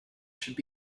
should